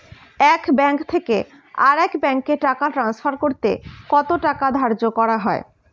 এক ব্যাংক থেকে আরেক ব্যাংকে টাকা টান্সফার করতে কত টাকা ধার্য করা হয়?